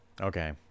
Okay